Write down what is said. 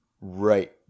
right